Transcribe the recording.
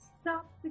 stop